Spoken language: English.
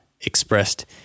expressed